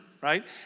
right